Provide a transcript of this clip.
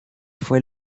fue